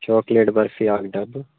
chocolate barfi اَکھ ڈَبہٕ